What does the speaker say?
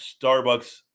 Starbucks